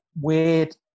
weird